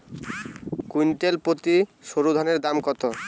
Quintal প্রতি সরুধানের দাম কত?